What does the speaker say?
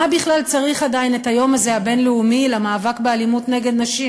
מה בכלל צריך עדיין את היום הבין-לאומי הזה למאבק באלימות נגד נשים